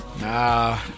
Nah